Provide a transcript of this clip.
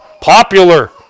popular